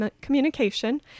communication